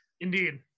Indeed